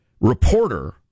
reporter